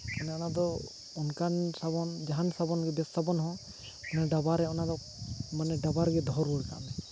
ᱛᱟᱦᱚᱞᱮ ᱚᱱᱟ ᱫᱚ ᱚᱱᱠᱟᱱ ᱥᱟᱵᱚᱱ ᱡᱟᱦᱟᱸᱱ ᱥᱟᱵᱚᱱ ᱜᱮ ᱵᱮᱥ ᱥᱟᱵᱚᱱ ᱦᱚᱸ ᱚᱱᱟ ᱰᱟᱵᱟᱨᱮ ᱚᱱᱟ ᱫᱚ ᱢᱟᱱᱮ ᱰᱟᱵᱟ ᱨᱮᱜᱮ ᱫᱚᱦᱚ ᱨᱩᱣᱟᱹᱲ ᱠᱟᱜ ᱢᱮ